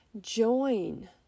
join